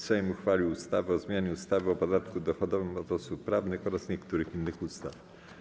Sejm uchwalił ustawę o zmianie ustawy o podatku dochodowym od osób prawnych oraz niektórych innych ustaw.